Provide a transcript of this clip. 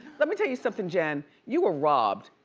let me tell you something, jen. you were robbed.